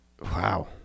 Wow